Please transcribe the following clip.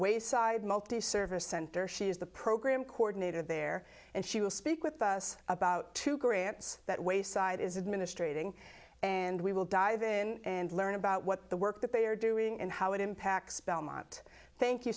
wayside multi server center she is the program coordinator there and she will speak with us about two grants that wayside is administrating and we will dive in and learn about what the work that they are doing and how it impacts belmont thank you